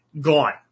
Gone